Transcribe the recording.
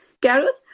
Gareth